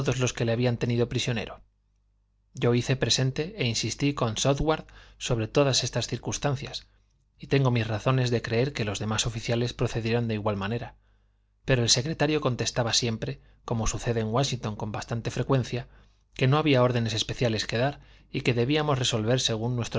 los que le habían tenido prisionero yo hice presente e insistí con soúthard sobre todas estas circunstancias y tengo mis razones de creer que los demás oficiales procedieron de igual manera pero el secretario contestaba siempre como sucede en wáshington con bastante frecuencia que no había órdenes especiales que dar y que debíamos resolver según